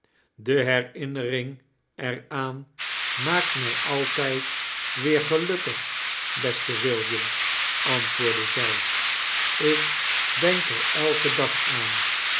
de herinnering er aan maakt mrj altijd weer gelukkig beste william antwoordde zij ik denk er elken dag aan